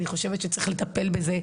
אני חושבת שצריך לטפל בזה,